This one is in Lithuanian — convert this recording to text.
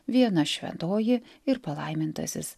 viena šventoji ir palaimintasis